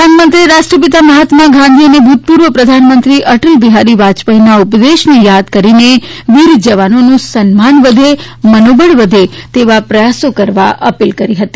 પ્રધાનમંત્રીએ રાષ્ટ્રપિતા મહાત્મા ગાંધી અને ભુતપુર્વ પ્રધાનમંત્રી અટલ બિહારી વાજપેયીના ઉપદેશને યાદ કરીને વીર જવાનોનું સન્માન વધે મનોબળ વધે તેવા પ્રથાસો કરવા અપીલ કરી હતી